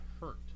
hurt